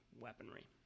weaponry